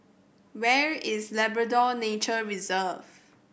where is Labrador Nature Reserve